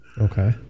Okay